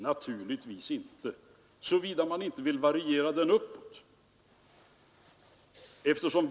Naturligtvis inte, såvida man inte vill variera den uppåt.